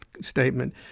statement